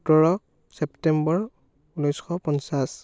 সোতৰ ছেপ্টেম্বৰ ঊনৈছশ পঞ্চাশ